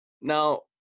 Now